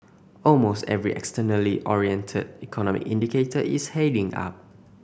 almost every externally oriented economic indicator is heading up